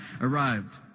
arrived